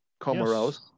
comoros